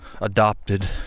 adopted